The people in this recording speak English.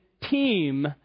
team